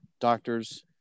doctors